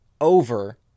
over